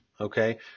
okay